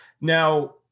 Now